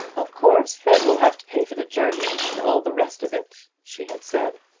of course fred will have to pay for the journey and all the rest of it, she had said.